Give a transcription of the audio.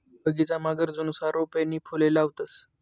बगीचामा गरजनुसार रोपे नी फुले लावतंस